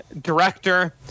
Director